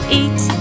eat